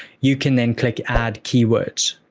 you can then click add keywords.